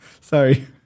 Sorry